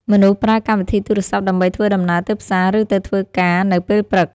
មនុស្សប្រើកម្មវិធីទូរសព្ទដើម្បីធ្វើដំណើរទៅផ្សារ ឬទៅធ្វើការនៅពេលព្រឹក។